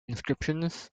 inscriptions